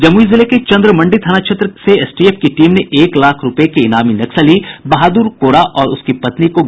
जमुई जिले के चंद्रमंडी थाना क्षेत्र से एसटीएफ की टीम ने एक लाख रूपये के इनामी नक्सली बहादुर कोड़ा और उसकी पत्नी को गिरफ्तार किया है